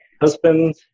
husband